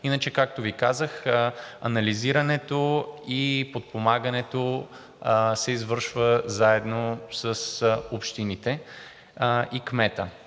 Иначе, както Ви казах, анализирането и подпомагането се извършва заедно с общините и кмета